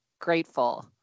grateful